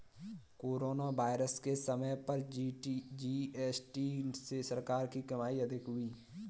corona virus के समय पर जी.एस.टी से सरकार की कमाई अधिक हुई